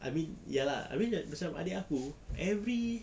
I mean ya lah I mean that macam adik aku every